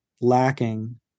lacking